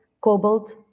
cobalt